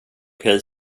okej